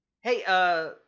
Hey